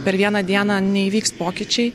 per vieną dieną neįvyks pokyčiai